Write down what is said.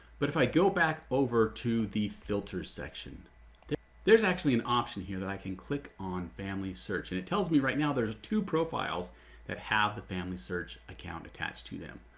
but if i go back over to the filters section there's actually an option here that i can click on family search and it tells me right now there's two profiles that have the family search account attached to them.